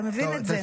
אתה מבין את זה,